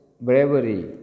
bravery